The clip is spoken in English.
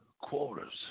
quarters